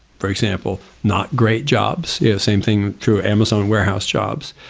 for example, not great jobs same thing through amazon warehouse jobs.